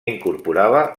incorporava